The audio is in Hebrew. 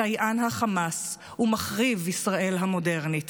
סייען החמאס ומחריב ישראל המודרנית,